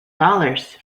dollars